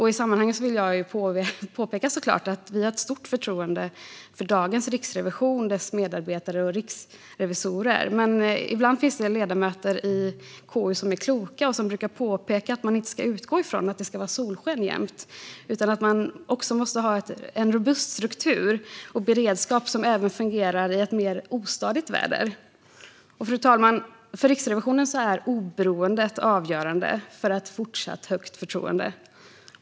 I sammanhanget vill jag påpeka att vi har stort förtroende för dagens riksrevision, dess medarbetare och riksrevisorer. Men ibland finns det ledamöter i KU som är kloka och brukar påpeka att man inte ska utgå från att det ska vara solsken jämt. Man måste ha en robust struktur och beredskap som även fungerar i ett mer ostadigt väder. Fru talman! För Riksrevisionen är oberoendet avgörande för ett fortsatt högt förtroende.